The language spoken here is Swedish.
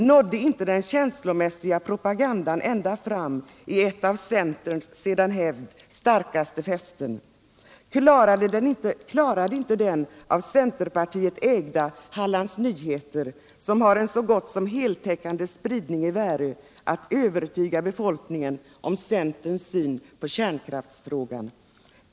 Nådde inte den känslomässiga propagandan ända fram i ett av centerns enligt hävd starkaste fästen? Klarade inte den av centerpartiet ägda Hallands Nyheter, som har en så gott som heltäckande spridning i Värö, att övertyga befolkningen om centerns syn på kärnkraftsfrågan?